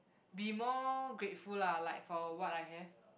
be more grateful lah like for what I have